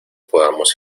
podemos